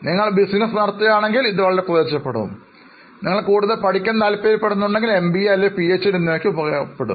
നിങ്ങൾ ബിസിനസ് നടത്തുകയാണെങ്കിൽ ഇത് വളരെ പ്രയോജനപ്പെടും അഥവാ നിങ്ങൾക്ക് കൂടുതൽ പഠിക്കാൻ താല്പര്യമുണ്ടെങ്കിൽ എംബിഎ അല്ലെങ്കിൽ പിഎച്ച്ഡി എന്നിവയ്ക്ക് ഇവ ഉപയോഗപ്രദമാകും